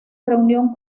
reunión